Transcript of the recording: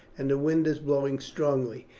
and the wind is blowing strongly.